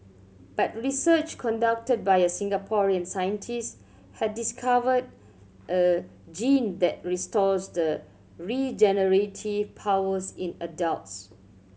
but research conducted by a Singaporean scientist has discovered a gene that restores the regenerative powers in adults